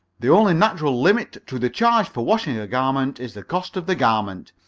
the only natural limit to the charge for washing a garment is the cost of the garment.